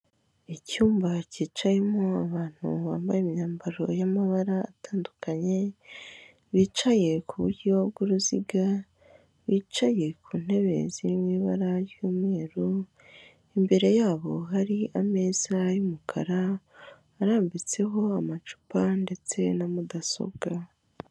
Icyumba kicayemo abantu bambaye imyambaro y'amabara atandukanye, bicaye ku buryo bw'uruziga bicaye ku ntebe ziri mu ibara ry'umweru imbere yabo hari ameza y'umukara arambitseho amacupa ndetse na mudasobwa.